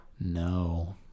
no